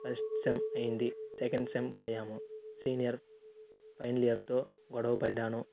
first sem అయ్యింది second sem పోయాము senior final ఇయర్తో గొడవ పడ్డాను